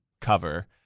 cover